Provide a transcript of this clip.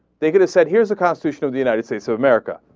they could have said here's the constitution of the united states of america,